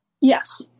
Yes